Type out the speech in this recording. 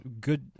good